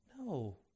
No